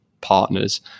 partners